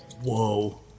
Whoa